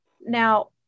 Now